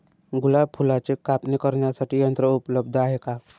गुलाब फुलाची कापणी करण्यासाठी यंत्र उपलब्ध आहे का?